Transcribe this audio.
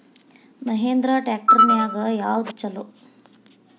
Mahindra tractor ನ್ಯಾಗ ಯಾವ್ದ ಛಲೋ?